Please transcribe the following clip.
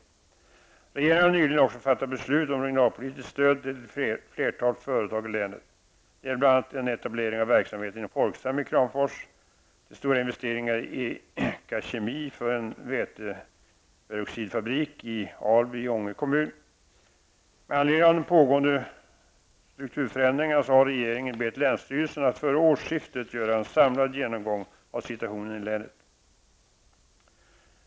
Regeringen har nyligen också fattat beslut om regionalpolitiskt stöd till ett flertal företag i länet. Det gäller bl.a. en etablering av verksamhet inom Folksam i Kramfors och stora investeringar i EKA Med anledning av de pågående strukturförändringarna har regeringen bett länsstyrelsen att före årsskiftet göra en samlad genomgång av situationen i länet.